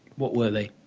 what were they?